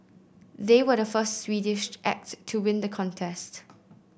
they were the first Swedish act to win the contest